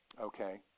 Okay